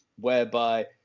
whereby